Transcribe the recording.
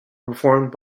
performed